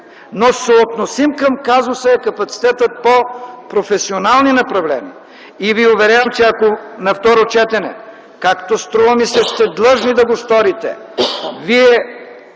но съотносим към казуса е капацитетът по професионални направления. Уверявам ви, че ако на второ четене, както струва ми се сте длъжни да го сторите, вие